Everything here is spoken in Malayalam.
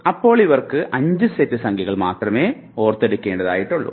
അപ്പോൾ അവർക്ക് 5 സെറ്റ് സംഖ്യകൾ മാത്രമേ ഓർത്തെടുക്കേണ്ടതുള്ളൂ